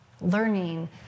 learning